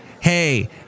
Hey